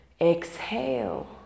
exhale